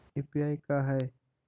UPI का है?